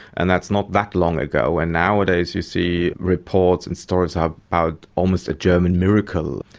and that's not that long ago, and nowadays you see reports and stories ah about almost a german miracle.